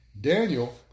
Daniel